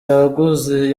yaguze